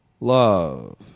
Love